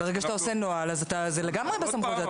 כרגע שאתה עושה נוהל, זה לגמרי בסמכות.